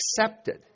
Accepted